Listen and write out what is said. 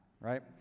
right